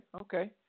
okay